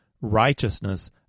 Righteousness